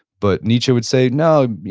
but nietzsche would say, no.